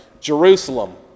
Jerusalem